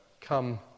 come